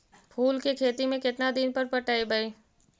फूल के खेती में केतना दिन पर पटइबै?